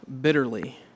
bitterly